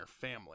family